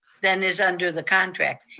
than is under the contract.